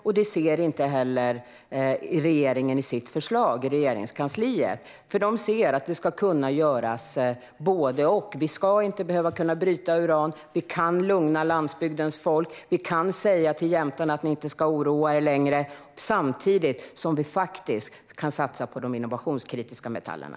Inte heller regeringen ser detta problem i sitt förslag i Regeringskansliet. Man anser att både och ska kunna göras. Vi ska inte behöva bryta uran. Vi kan lugna landsbygdens folk. Vi kan säga till jämtarna att de inte ska oroa sig längre. Samtidigt kan vi faktiskt satsa på de innovationskritiska metallerna.